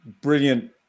brilliant